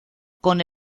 con